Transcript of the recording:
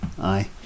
Aye